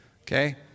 okay